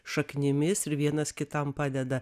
šaknimis ir vienas kitam padeda